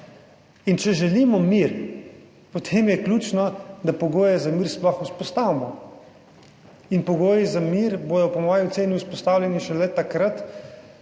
In če želimo mir, potem je ključno, da pogoje za mir sploh vzpostavimo. In pogoji za mir bodo po moji oceni vzpostavljeni šele takrat,